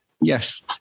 Yes